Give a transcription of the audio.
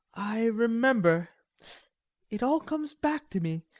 i remember it all comes back to me.